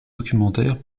documentaires